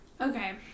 Okay